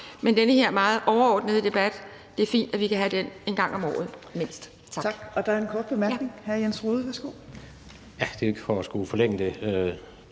men den her meget overordnede debat er det fint at vi kan have mindst en gang om året. Tak.